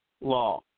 law